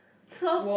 so